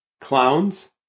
clowns